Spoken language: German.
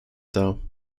dar